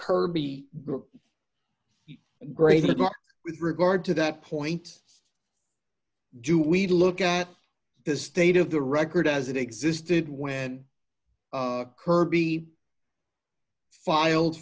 kirby great with regard to that point do we look at the state of the record as it existed when kirby filed